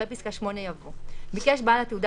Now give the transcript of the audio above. אחרי תקנהפסקה (8) יבוא: 3 (9) ביקש בעל התעודה